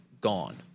gone